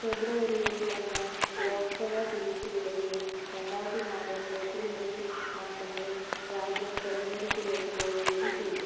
ഫെബ്രുവരിയിൽ തന്നെ ലോകസഭ പിരിച്ചു വിടുകയും രണ്ടായിരത്തിനാല് ഏപ്രിൽ മെയ് മാസങ്ങളിൽ രാജ്യം തിരഞ്ഞെടുപ്പിലേക്ക് പോവുകയും ചെയ്തു